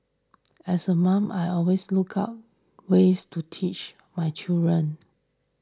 as a mom I always look out ways to teach my children